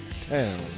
town